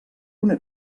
una